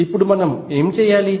ఇప్పుడు మనం ఏమి చేయాలి